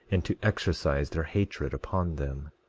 and to exercise their hatred upon them.